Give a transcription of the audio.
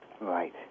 Right